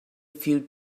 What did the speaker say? few